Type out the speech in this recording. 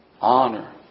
honor